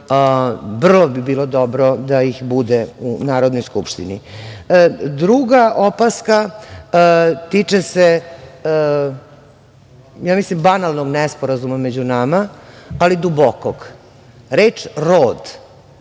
Vrlo bi bilo dobro da ih bude u Narodnoj skupštini. Druga opaska tiče se, ja mislim banalnog nesporazuma među nama, ali dubokog. Reč rod